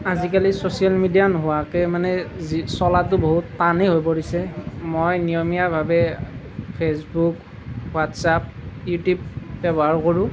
আজিকালি social media নোহোৱাকৈ মানে যি চলাটো বহুত টানেই হৈ পৰিছে মই নিয়মীয়াভাৱে ফেচবুক হোৱাটছ্এপ ইউটিউব ব্যৱহাৰ কৰোঁ